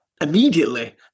immediately